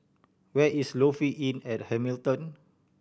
where is Lofi Inn at Hamilton